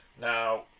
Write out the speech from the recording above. Now